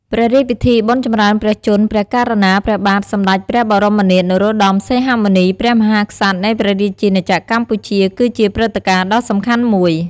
ព្រះរាជពិធីបុណ្យចម្រើនព្រះជន្ម ព្រះករុណា ព្រះបាទសម្តេចព្រះបរមនាថ នរោត្តម សីហមុនី ព្រះមហាក្សត្រ នៃព្រះរាជាណាចក្រកម្ពុជា គឺជាព្រឹត្តិការណ៍ដ៏សំខាន់មួយ។